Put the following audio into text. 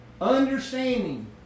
Understanding